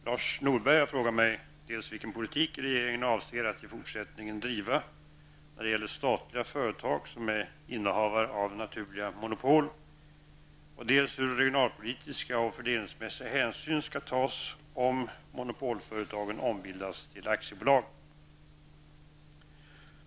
Herr talman! Lars Norberg har frågat mig dels vilken politik regeringen avser att i fortsättningen driva när det gäller statliga företag som är innehavare av naturliga monopol, dels hur regionalpolitiska och fördelningsmässiga hänsyn skall tas om monopolföretagen ombildas till aktiebolag.